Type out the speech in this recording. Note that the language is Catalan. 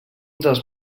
dels